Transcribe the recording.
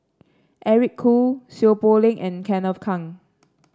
Eric Khoo Seow Poh Leng and Kenneth Keng